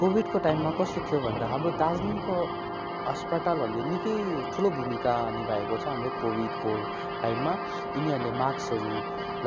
कोभिडको टाइममा कस्तो थियो भन्दा हाम्रो दार्जिलिङको अस्पतालहरूले निक्कै ठुलो भूमिका निभाएको छ हाम्रो कोभिडको टाइममा यिनीहरूले मास्कहरू